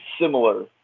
similar